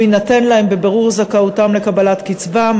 הוא יינתן להם בבירור זכאותם לקבלת קצבה,